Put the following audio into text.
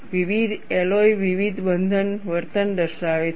વિવિધ એલોય વિવિધ બંધ વર્તન દર્શાવે છે